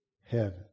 heaven